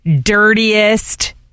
dirtiest